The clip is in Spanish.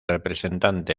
representante